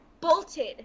bolted